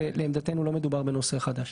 כך שלעמדתנו לא מדובר בנושא חדש.